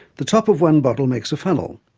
the top of one bottle makes a funnel,